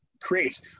creates